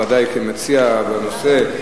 בוודאי כמציע בנושא.